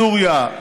סוריה,